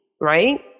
right